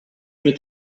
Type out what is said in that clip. mit